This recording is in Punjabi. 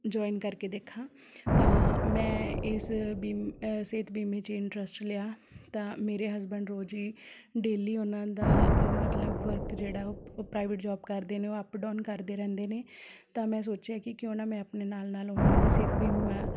ਜੁਆਇਨ ਕਰਕੇ ਦੇਖਾਂ ਤਾਂ ਮੈਂ ਇਸ ਬੀਮ ਸਿਹਤ ਬੀਮੇ 'ਚ ਇੰਟਰਸਟ ਲਿਆ ਤਾਂ ਮੇਰੇ ਹਸਬੈਂਡ ਰੋਜੇ ਡੇਲੀ ਉਹਨਾਂ ਦਾ ਮਤਲਬ ਵਰਕ ਜਿਹੜਾ ਉਹ ਪ੍ਰਾਈਵੇਟ ਜੋਬ ਕਰਦੇ ਨੇ ਉਹ ਅਪ ਡਾਊਨ ਕਰਦੇ ਰਹਿੰਦੇ ਨੇ ਤਾਂ ਮੈਂ ਸੋਚਿਆ ਕਿ ਕਿਉਂ ਨਾ ਮੈਂ ਆਪਣੇ ਨਾਲ ਨਾਲ ਉਹਨਾਂ ਦਾ ਸਿਹਤ ਬੀਮਾ